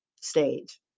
stage